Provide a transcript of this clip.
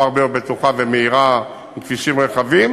הרבה יותר בטוחה ומהירה בכבישים רחבים,